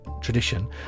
tradition